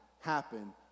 happen